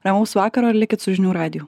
ramaus vakaro ir likit su žinių radiju